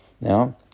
now